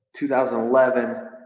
2011